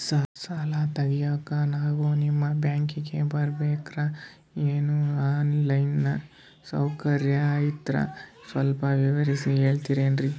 ಸಾಲ ತೆಗಿಯೋಕಾ ನಾವು ನಿಮ್ಮ ಬ್ಯಾಂಕಿಗೆ ಬರಬೇಕ್ರ ಏನು ಆನ್ ಲೈನ್ ಸೌಕರ್ಯ ಐತ್ರ ಸ್ವಲ್ಪ ವಿವರಿಸಿ ಹೇಳ್ತಿರೆನ್ರಿ?